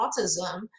autism